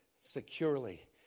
securely